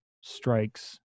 strikes